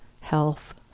health